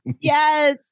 Yes